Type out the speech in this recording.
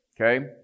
okay